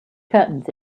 curtains